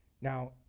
Now